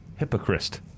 hypocrist